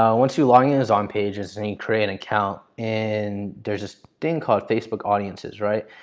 um once you log in to zonpages, and you create an account. and there's this thing called facebook audiences, right?